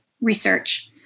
research